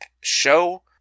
show